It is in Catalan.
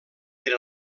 per